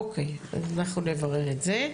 אוקיי, אז אנחנו נברר את זה.